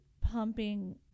pumping